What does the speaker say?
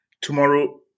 Tomorrow